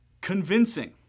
convincing